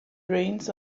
reins